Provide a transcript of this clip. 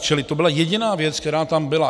Čili to byla jediná věc, která tam byla.